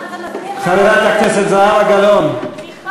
חברת הכנסת זהבה גלאון,